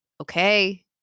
okay